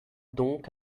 donc